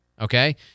Okay